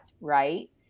right